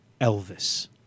Elvis